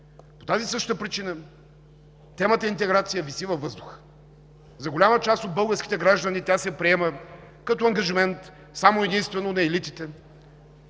По тази същата причина темата „интеграция“ виси във въздуха. За голяма част от българските граждани тя се приема като ангажимент само и единствено на елитите